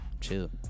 chill